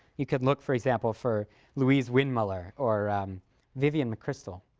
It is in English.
you could look, for example, for louise windmuller or vivian mccrystal.